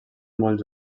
molt